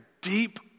deep